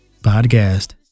podcast